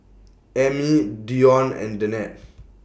Ammie Dione and Danette